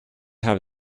have